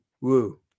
woo